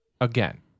again